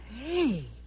Hey